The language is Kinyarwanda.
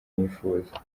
nifuza